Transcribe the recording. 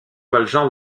valjean